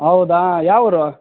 ಹೌದಾ ಯಾವ ಊರು